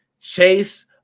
Chase